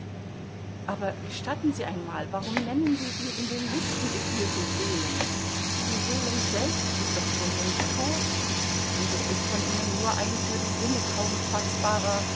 aber gestatten sie einmal warum nennen sie sie in den listen geführte seelen die seelen selbst sind doch schon längst tot und es ist von ihnen nur ein für die sinne kaum faßbarer